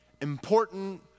important